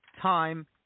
Time